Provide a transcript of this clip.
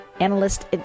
analyst